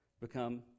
become